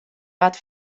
wat